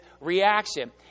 reaction